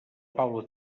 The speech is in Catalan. paula